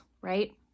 right